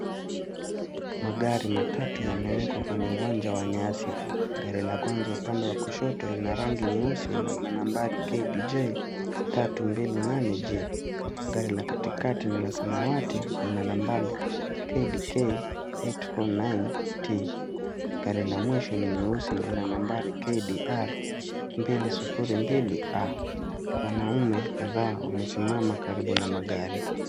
Magari matatu yamewekwa kwenye uwanja wa nyasi. Gari la kwanza upande wa kushoto lina rangi nyeusi na lina nambari KDJ 328G. Gari la katikati ni la samawati lina nambari KDK 849T. Gari la mwisho ni nyeusi na nambari KDR 202A. Wanaume kadhaa wamesimama karibu na magari.